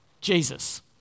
Jesus